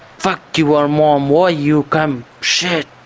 fuck, you are more and more you come, shit,